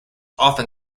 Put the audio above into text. often